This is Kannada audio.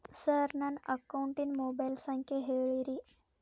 ಸರ್ ನನ್ನ ಅಕೌಂಟಿನ ಮೊಬೈಲ್ ಸಂಖ್ಯೆ ಹೇಳಿರಿ